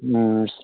ꯎꯝ